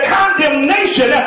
condemnation